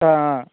ஆ